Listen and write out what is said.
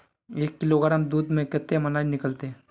एक किलोग्राम दूध में कते मलाई निकलते?